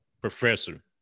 professor